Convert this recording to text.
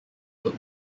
look